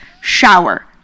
shower